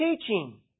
teaching